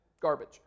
garbage